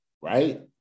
Right